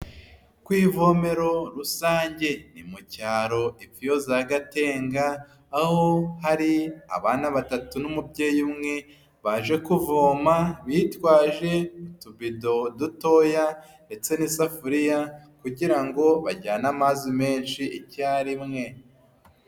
Ku ivomero rusange ni mu cyaro epfo iyo za Gatenga, aho hari abana batatu n'umubyeyi umwe baje kuvoma bitwaje utubido dutoya ndetse n'isafuriya, kugira ngo bajyane amazi menshi icyarimwe.